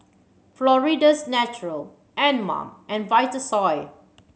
Florida's Natural Anmum and Vitasoy